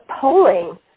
polling